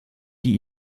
die